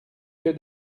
que